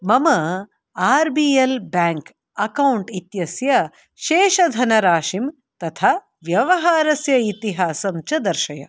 मम R B L bank account इत्यस्य शेषधनराशिं तथा व्यवहारस्य इतिहासं च दर्शय